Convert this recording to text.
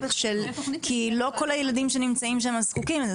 כי לא כל הילדים שנמצאים שם זקוקים לזה,